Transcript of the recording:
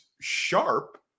sharp